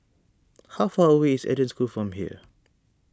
how far away is Eden School from here